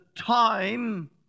time